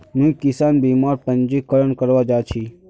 मुई किसान बीमार पंजीकरण करवा जा छि